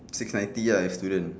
six ninety ah if student